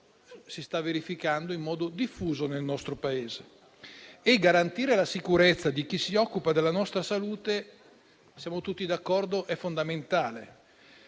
si sta verificando in modo diffuso nel nostro Paese. Garantire la sicurezza di chi si occupa della nostra salute - siamo tutti d'accordo - è fondamentale